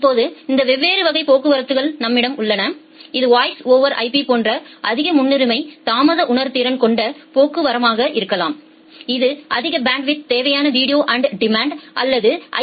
இப்போது இந்த வெவ்வேறு வகை போக்குவரத்துக்கள் நம்மிடம் உள்ளன இது வாய்ஸ் ஓவர் IP போன்ற அதிக முன்னுரிமை தாமத உணர்திறன் கொண்ட போக்குவரமாக இருக்கலாம் இது அதிக பேண்ட்வித் தேவையான வீடியோ ஆன் டிமாண்ட் அல்லது ஐ